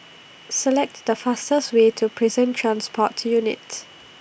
selects The fastest Way to Prison Transport Units